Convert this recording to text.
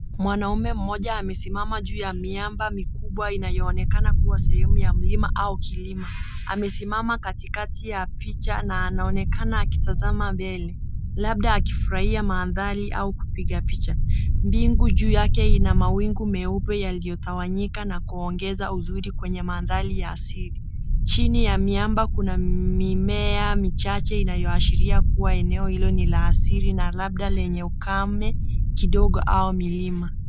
Mwanaume mmoja amesimama juu ya miamba mikubwa inayoonekanaa kuwa sehemu ya mlima au kilimo. Amesimama katikati ya picha na anaonekana akitazama mbele. Labda akifurahia maandhali au kupiga picha. Mbingu njuu yake na mawingu meupe yaliyotawanyika na koongeza uzuri kwenye mandhali ya asiri. Chini ya miamba kuna mimea michache inayoashiria kuwa eneo hilo ni la asiri na labda lenye ukaame, kidogo au milima.